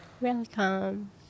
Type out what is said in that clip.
Welcome